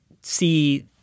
see